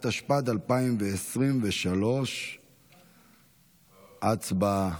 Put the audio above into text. התשפ"ד 2023. הצבעה.